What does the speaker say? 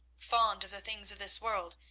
fond of the things of this world,